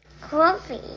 Coffee